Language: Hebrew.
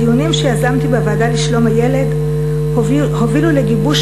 הדיונים שיזמתי בוועדה לשלום הילד הובילו לגיבוש